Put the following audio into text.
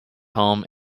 home